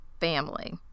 family